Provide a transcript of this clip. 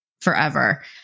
forever